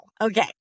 Okay